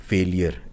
Failure